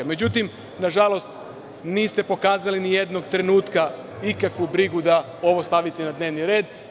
Međutim, na žalost niste pokazali ni jednog trenutka nikakvu brigu da ovo stavite na dnevni red.